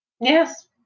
Yes